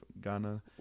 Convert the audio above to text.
Ghana